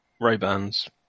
Ray-Bans